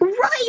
Right